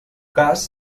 cas